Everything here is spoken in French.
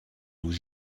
nous